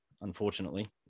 unfortunately